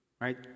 right